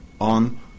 on